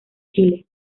chile